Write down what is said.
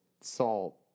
salt